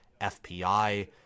FPI